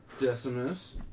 Decimus